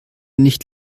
nicht